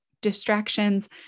distractions